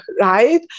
right